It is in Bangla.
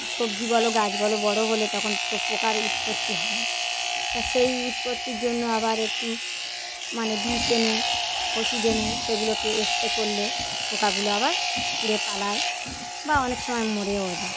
সবজি বলো গাছ বলো বড় হলে তখন তো পোকার উৎপত্তি হয় তা সেই উৎপত্তির জন্য আবার একটু মানে বিষ এনে ওষুধ এনে সেগুলোকে স্প্রে করলে পোকাগুলো আবার উড়ে পালায় বা অনেক সময় মরেও যায়